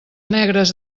negres